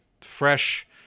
fresh